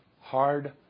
Hard